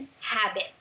habit